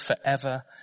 forever